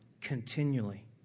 continually